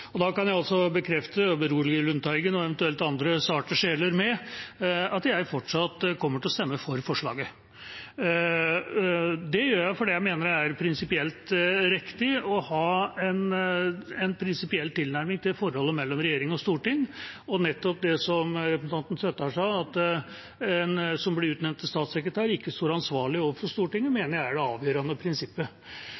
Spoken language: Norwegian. Da kan jeg altså bekrefte, og berolige Lundteigen og eventuelle andre sarte sjeler med, at jeg fortsatt kommer til å stemme for forslaget. Det gjør jeg fordi jeg mener det er prinsipielt riktig å ha en prinsipiell tilnærming til forholdet mellom regjering og storting. Nettopp det representanten Søttar sa, at en som blir utnevnt til statssekretær, ikke står ansvarlig overfor Stortinget,